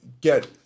get